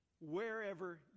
wherever